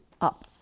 UP